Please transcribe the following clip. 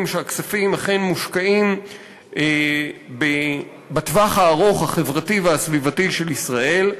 שהכספים אכן מושקעים בטווח הארוך החברתי והסביבתי של ישראל.